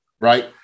right